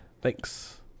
Thanks